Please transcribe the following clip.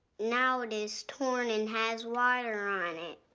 now it is torn and has water on it.